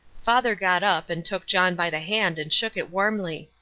father got up and took john by the hand and shook it warmly.